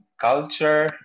culture